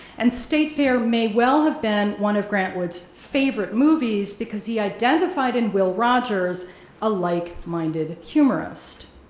and state fair may well have been one of grant wood's favorite movies because he identified in will rogers a like-minded humorist.